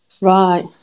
Right